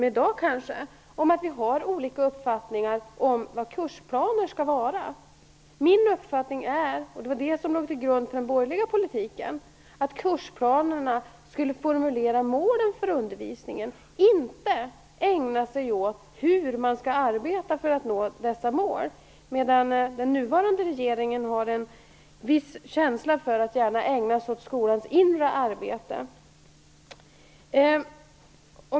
Det har vi diskuterat förut, och vi kanske inte behöver ta upp tid med det i dag. Min uppfattning är - och det var också vad som låg till grund för den borgerliga politiken - att kursplanerna skall formulera målen för undervisning och inte ägna sig åt hur skolan skall arbeta för att nå dessa mål. Den nuvarande regeringen har en viss känsla för att gärna ägna sig åt skolans inre arbete.